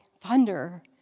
thunder